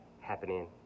happening